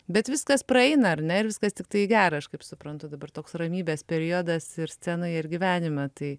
bet viskas praeina ar ne ir viskas tiktai į gera aš kaip suprantu dabar toks ramybės periodas ir scenoje ir gyvenime tai